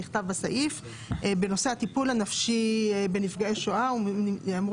בנושא של הטיפול הנפשי בנפגעי השואה אמור